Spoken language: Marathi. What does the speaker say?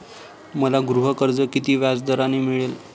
मला गृहकर्ज किती व्याजदराने मिळेल?